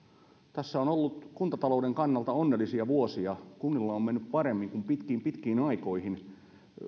tässä on ollut kuntatalouden kannalta onnellisia vuosia kunnilla on mennyt paremmin kuin pitkiin pitkiin aikoihin